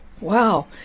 wow